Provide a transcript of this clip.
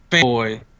Boy